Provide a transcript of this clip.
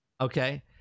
Okay